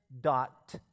dot